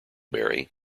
barry